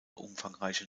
umfangreiche